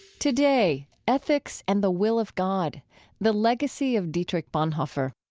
today, ethics and the will of god the legacy of dietrich bonhoeffer.